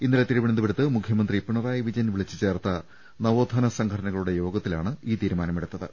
ഇന്നലെ തിരുവനന്തപുരത്ത് മുഖ്യമന്ത്രി പിണറായി വിജയൻ വിളിച്ചുചേർത്ത നവോത്ഥാന സംഘടനക ളുടെ യോഗത്തിലാണ് ഈ തീരുമാനമെടുത്തത്